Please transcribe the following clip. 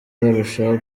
barushaho